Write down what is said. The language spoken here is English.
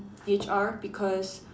H_R because